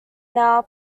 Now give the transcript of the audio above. now